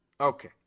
Okay